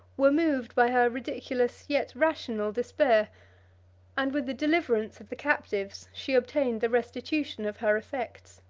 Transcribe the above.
were moved by her ridiculous, yet rational despair and with the deliverance of the captives, she obtained the restitution of her effects.